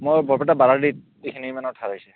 মই বৰপেটা বাৰালিত এইখিনিমানত হেৰাইছে